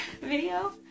video